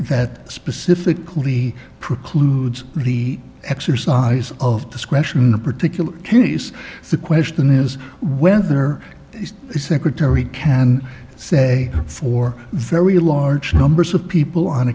that specifically precludes the exercise of discretion in a particular case the question is whether the secretary can say for very large numbers of people on